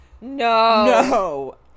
No